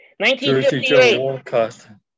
1958